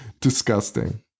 disgusting